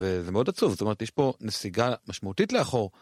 וזה מאוד עצוב, זאת אומרת, יש פה נסיגה משמעותית לאחור.